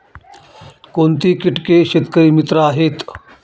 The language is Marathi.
कोणती किटके शेतकरी मित्र आहेत?